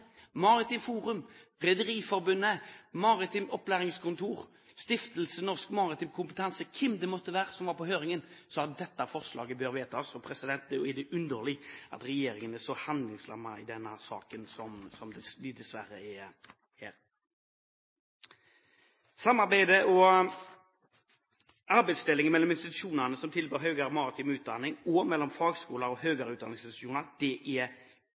Forum, Rederiforbundet, Maritimt Opplæringskontor, Stiftelsen Norsk Maritim Kompetanse, hvem det måtte være som var på høringen, sa at dette forslaget bør vedtas. Og da er det underlig at regjeringen er så handlingslammet i denne saken som de dessverre er her. Samarbeidet og arbeidsdelingen mellom institusjonene som tilbyr høyere maritim utdanning og mellom fagskoler og høyere utdanningsinstitusjoner, er lite utviklet, men det er